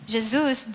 Jesus